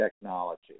technology